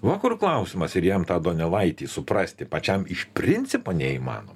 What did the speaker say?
va kur klausimas ir jam tą donelaitį suprasti pačiam iš principo neįmanoma